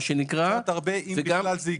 מה שנקרא --- קצת הרבה אם בכלל זה יקרה.